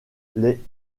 les